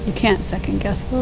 can't second guess